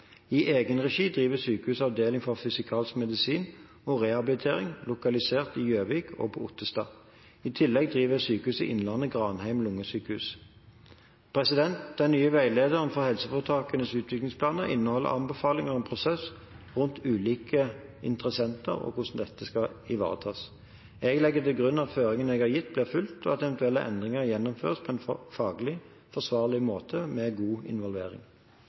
I egen regi driver sykehuset Avdeling for fysikalsk medisin og rehabilitering, lokalisert i Gjøvik og på Ottestad. I tillegg driver Sykehuset Innlandet Granheim lungesykehus. Den nye veilederen for helseforetakenes utviklingsplaner inneholder anbefalinger om prosess rundt ulike interessenter og hvordan dette skal ivaretas. Jeg legger til grunn at føringen jeg har gitt, blir fulgt, og at eventuelle endringer gjennomføres på en faglig forsvarlig måte, med god involvering.